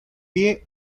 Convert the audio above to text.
pie